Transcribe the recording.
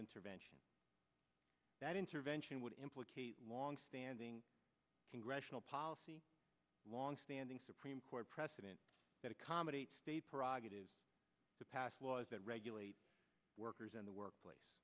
intervention that intervention would implicate long standing congressional policy longstanding supreme court precedent that accommodates state prerogative to pass laws that regulate workers in the workplace